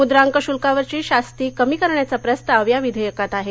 मुद्रांक शुल्कावरची शास्ती कमी करण्याचा प्रस्ताव या विधेयकात आहे